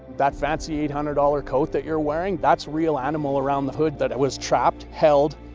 that fancy eight hundred dollars coat that you're wearing that's real animal around the hood that was trapped, held,